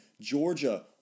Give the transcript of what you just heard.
Georgia